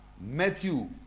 Matthew